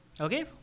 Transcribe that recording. Okay